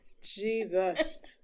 Jesus